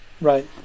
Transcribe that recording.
right